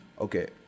Okay